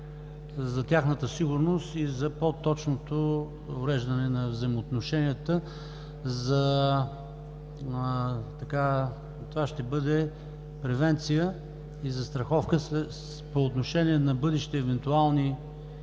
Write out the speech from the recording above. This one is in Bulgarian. за тяхната сигурност и за по-точното уреждане на взаимоотношенията. Това ще бъде превенция и застраховка по отношение на бъдещи евентуални